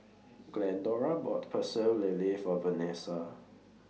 Glendora bought Pecel Lele For Vanesa